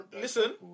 listen